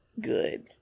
good